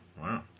wow